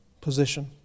position